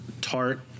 tart